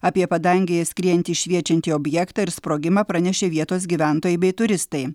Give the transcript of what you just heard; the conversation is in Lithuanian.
apie padangėje skriejantį šviečiantį objektą ir sprogimą pranešė vietos gyventojai bei turistai